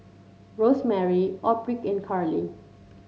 Rosemary Aubrey and Carlie